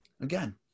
Again